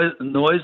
noise